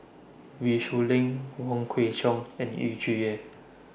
Wee Shoo Leong Wong Kwei Cheong and Yu Zhuye